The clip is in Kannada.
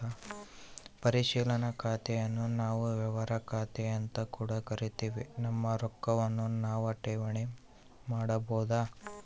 ಪರಿಶೀಲನಾ ಖಾತೆನ್ನು ನಾವು ವ್ಯವಹಾರ ಖಾತೆಅಂತ ಕೂಡ ಕರಿತಿವಿ, ನಮ್ಮ ರೊಕ್ವನ್ನು ನಾವು ಠೇವಣಿ ಮಾಡಬೋದು